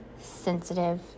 sensitive